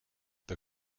the